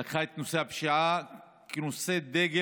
היא לקחה את נושא הפשיעה כנושא דגל,